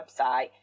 website